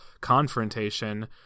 confrontation